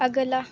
अगला